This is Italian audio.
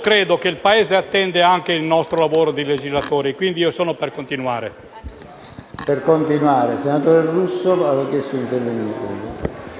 credo che il Paese attenda anche il nostro lavoro di legislatori, quindi io sono per continuare.